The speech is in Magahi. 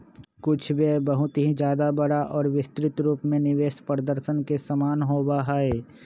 कुछ व्यय बहुत ही ज्यादा बड़ा और विस्तृत रूप में निवेश प्रदर्शन के समान होबा हई